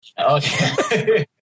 okay